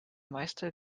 meister